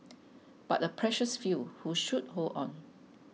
but a precious few who should hold on